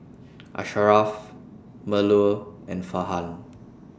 Asharaff Melur and Farhan